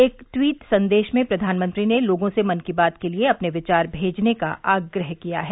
एक ट्वीट संदेश में प्रधानमंत्री ने लोगों से मन की बात के लिए अपने विचार भेजने का आग्रह किया है